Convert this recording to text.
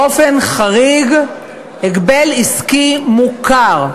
באופן חריג, הגבל עסקי מוכר.